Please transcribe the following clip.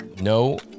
No